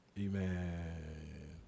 Amen